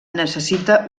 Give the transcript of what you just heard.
necessita